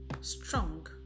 strong